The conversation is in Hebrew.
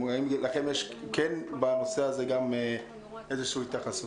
האם יש לכם איזושהי התייחסות?